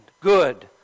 Good